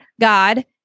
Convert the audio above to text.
god